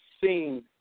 seen